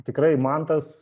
tikrai mantas